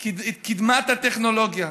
את קדמת הטכנולוגיה.